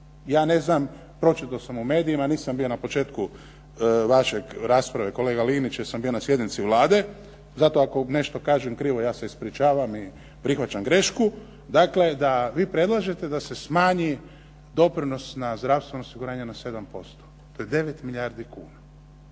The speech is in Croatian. Ja ne znam, pročitao sam u medijima, nisam bio na početku vaše rasprave kolega Linić jer sam bio na sjednici Vlade. Zato ako nešto kažem krivo ja se ispričavam i prihvaćam grešku. Dakle, da vi predlažete da se smanji doprinos na zdravstveno osiguranje na 7%. To je 9 milijardi kuna.